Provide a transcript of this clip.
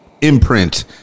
imprint